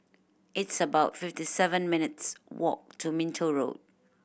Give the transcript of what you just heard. it's about fifty seven minutes' walk to Minto Road